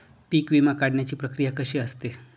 पीक विमा काढण्याची प्रक्रिया कशी असते?